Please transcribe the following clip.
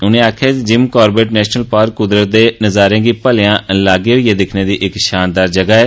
उनें आक्खेआ जे जिम कारबेट नेशनल पार्क कुदरत दे नजारे गी भलेआं कोल होइए दिक्खने दी इक शानदार थाहर ऐ